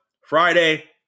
friday